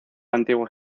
antiguo